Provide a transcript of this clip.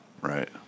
Right